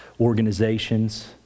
organizations